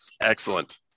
excellent